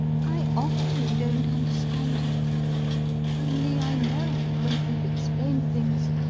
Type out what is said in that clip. i often don't understand you only i know, when you've explained things,